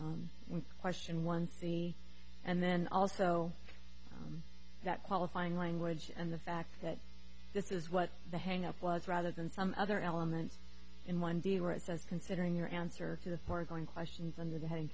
in question one c and then also that qualifying language and the fact that this is what the hang up was rather than some other elements in one deal where it says considering your answer to the foregoing questions under the heading